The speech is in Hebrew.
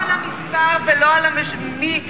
זה כבר סגור, הוויכוח הוא לא המספר ולא מי ישוחרר.